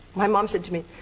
my mom said to me,